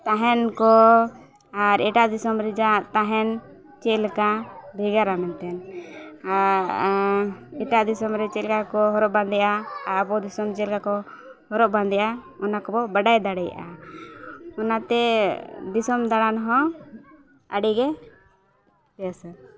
ᱛᱟᱦᱮᱱ ᱠᱚ ᱟᱨ ᱮᱴᱟᱜ ᱫᱤᱥᱚᱢ ᱨᱮᱭᱟᱜ ᱛᱟᱦᱮᱱ ᱪᱮᱫᱞᱮᱠᱟ ᱵᱷᱮᱜᱟᱨᱟ ᱢᱮᱱᱛᱮ ᱟᱨ ᱮᱴᱟᱜ ᱫᱤᱥᱚᱢ ᱨᱮ ᱪᱮᱫᱠᱟ ᱠᱚ ᱦᱚᱨᱚᱜ ᱵᱟᱸᱫᱮᱜᱼᱟ ᱟᱨ ᱟᱵᱚ ᱫᱤᱥᱚᱢ ᱪᱮᱫᱠᱟ ᱠᱚ ᱦᱚᱨᱚᱜ ᱵᱟᱸᱫᱮᱜᱼᱟ ᱚᱱᱟ ᱠᱚᱵᱚᱱ ᱵᱟᱰᱟᱭ ᱫᱟᱲᱮᱭᱟᱜᱼᱟ ᱚᱱᱟᱛᱮ ᱫᱤᱥᱚᱢ ᱫᱟᱲᱟᱱ ᱦᱚᱸ ᱟᱹᱰᱤᱜᱮ ᱵᱮᱥᱟ